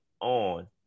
on